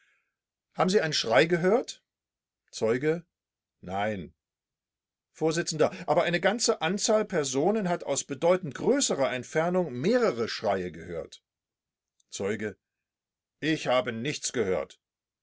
haben sie einen schrei gehört zeuge nein vors aber eine ganze anzahl personen hat aus bedeutend größerer entfernung mehrere schreie gehört zeuge ich habe nichts gehört